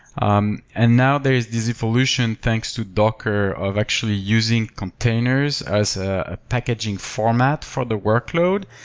um and now, there's this evolution, thanks to docker, of actually using containers as a packaging format for the workload.